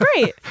great